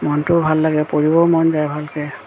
মনটোও ভাল লাগে পঢ়িবও মন যায় ভালকৈ